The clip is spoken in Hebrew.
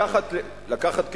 לקחת כדוגמה,